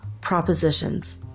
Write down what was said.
propositions